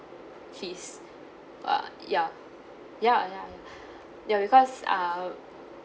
fees uh ya ya ya ya ya because err